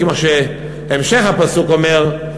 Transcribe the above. כמו שהמשך הפסוק אומר,